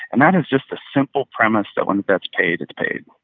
and that is just a simple premise that when a debt's paid, it's paid,